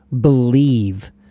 believe